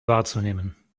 wahrzunehmen